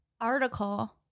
article